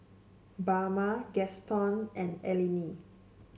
Bama Gaston and Eleni